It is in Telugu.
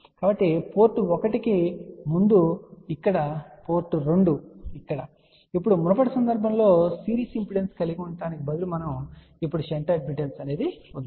కాబట్టి పోర్ట్ 1 కి ముందు ఇక్కడ పోర్ట్ 2 ఇక్కడ ఇప్పుడు మునుపటి సందర్భంలో సిరీస్ ఇంపిడెన్స్ కలిగి ఉండటానికి బదులుగా ఇప్పుడు మనకు షంట్ అడ్మిటెన్స్ ఉంది